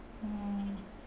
orh